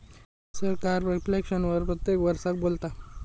सरकार रिफ्लेक्शन वर प्रत्येक वरसाक बोलता